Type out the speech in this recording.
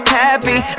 happy